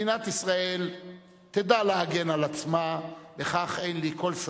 מדינת ישראל תדע להגן על עצמה, בכך אין לי כל ספק.